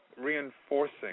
reinforcing